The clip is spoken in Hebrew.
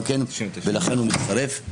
ולכן הוא מצטרף.